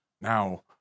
now